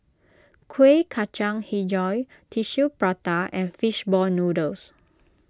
Kueh Kacang HiJau Tissue Prata and Fish Ball Noodles